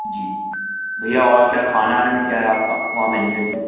जी भैया और क्या खाने आने में क्या है आपके वहाँ मेन्यू में